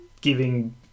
giving